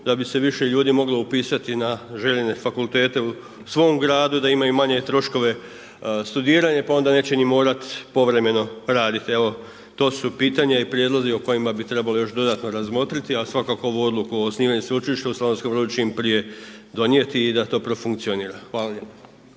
da bi se više ljudi moglo upisati na željene fakultete u svom gradu, da imaju manje troškove studiranja, pa onda neće ni morati povremeno raditi. Evo, to su pitanja i prijedlozi o kojima bi trebalo još dodatno razmotriti, ali svakako ovu odluku o osnivanju sveučilišta u Slavonskom Brodu, čim prije donijeti i da to funkcionira. Hvala lijepo.